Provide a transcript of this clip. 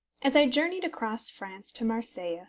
as i journeyed across france to marseilles,